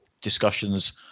discussions